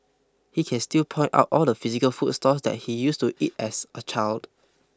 he can still point out all the physical food stalls that he used to eat at as a child